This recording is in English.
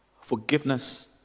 forgiveness